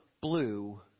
blue